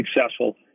successful